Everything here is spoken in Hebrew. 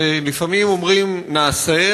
לפעמים אומרים: נעשה,